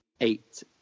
eight